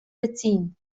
beziehen